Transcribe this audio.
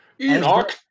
Enoch